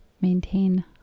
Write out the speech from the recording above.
maintain